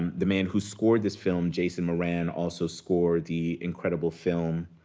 um the man who scored this film, jason moran, also scored the incredible film,